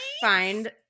find